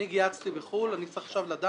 אני גיהצתי בחו"ל, אני צריך עכשיו לדעת,